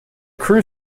crew